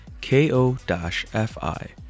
K-O-F-I